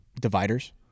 dividers